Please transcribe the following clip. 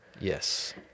Yes